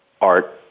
art